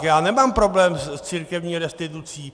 Já nemám problém s církevní restitucí.